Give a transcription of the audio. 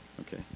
Okay